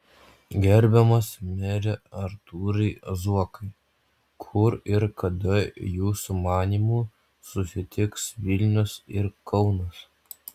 gerbiamas mere artūrai zuokai kur ir kada jūsų manymu susitiks vilnius ir kaunas